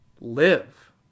live